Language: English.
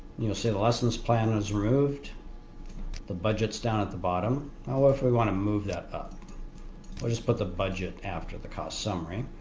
you'll see the lesson plan is removed the budget is down at the bottom. now if we want to move that up we'll just put the budget after the cost summary.